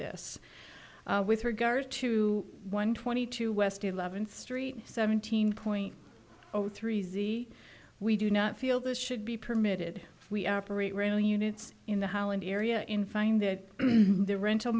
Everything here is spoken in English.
this with regard to one twenty two west eleventh street seventeen point zero three z we do not feel this should be permitted we operate rail units in the holland area in find that the rental